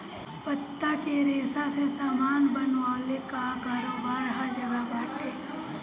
पत्ता के रेशा से सामान बनवले कअ कारोबार हर जगह बाटे